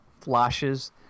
flashes